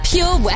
Pure